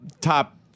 top